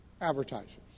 advertisers